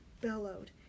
bellowed